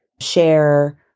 share